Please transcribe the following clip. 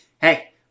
hey